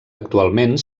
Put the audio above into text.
actualment